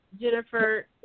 Jennifer